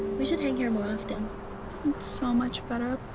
we should hang here more often. it's so much better